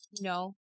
No